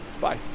Bye